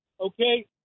okay